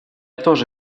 тоже